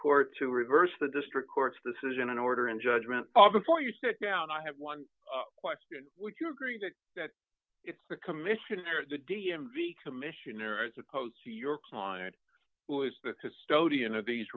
court to reverse the district court's decision and order and judgment all before you sit down i have one question would you agree to the commissioner of the d m v commissioner as opposed to your client who is the custodian of these